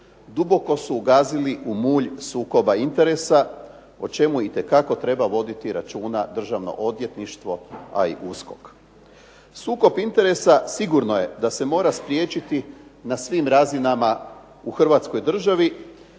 duboko su ugazili u mulj sukoba interesa o čemu itekako treba voditi računa Državno odvjetništvo, a i USKOK. Sukob interesa sigurno je da se mora spriječiti na svim razinama u hrvatskoj državi,